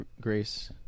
grace